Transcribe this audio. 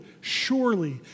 surely